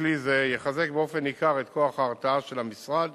בכלי זה, יחזק באופן ניכר את כוח ההרתעה של המשרד